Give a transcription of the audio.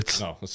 no